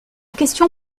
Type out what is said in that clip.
question